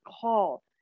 call